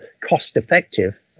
cost-effective